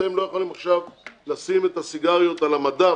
אתם לא יכולים עכשיו לשים את הסיגריות על המדף,